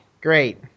Great